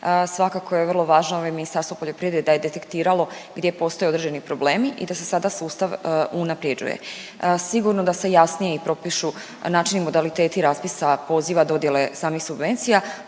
svakako je vrlo važno Ministarstvo poljoprivrede da je detektiralo gdje postoje određeni problemi i da se sada sustav unaprjeđuje. Sigurno da se jasnije i propišu načini, modaliteti raspisa poziva dodjele samih subvencija,